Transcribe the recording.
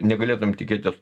negalėtume tikėtis